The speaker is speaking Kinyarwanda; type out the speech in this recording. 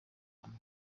amb